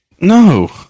No